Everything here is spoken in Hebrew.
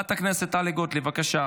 חברת הכנסת טלי גוטליב, בבקשה.